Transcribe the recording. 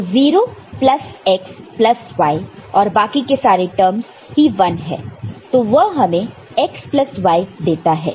तो 0 plus x plus y और बाकी के सारे टर्मस ही 1 है तो वह हमें x प्लस y देता है